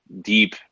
deep